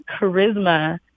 charisma